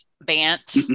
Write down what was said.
bant